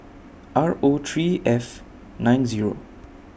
R O three F nine Zero